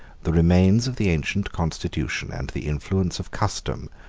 the remains of the ancient constitution, and the influence of custom,